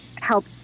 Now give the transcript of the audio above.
help